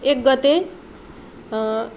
एक गते